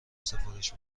سفارش